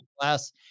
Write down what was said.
class